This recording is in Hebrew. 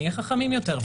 נהיה חכמים יותר.